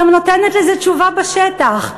היא גם נותנת לזה תשובה בשטח,